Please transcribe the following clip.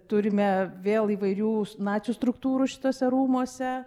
turime vėl įvairių nacių struktūrų šituose rūmuose